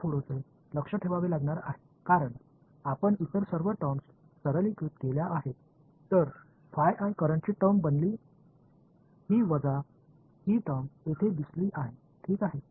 இப்போது இந்த சிறிவைகள் அனைத்தையும் ஒன்றாக இணைக்கப் போகிறோம் இந்த வார்த்தையை நாம் சரியாகக் கவனிக்க வேண்டும் ஏனென்றால் நீங்கள் மற்ற எல்லா வெளிப்பாடுகளையும் எளிமை படுத்தி விட்டீர்கள்